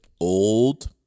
old